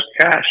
cash